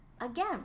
Again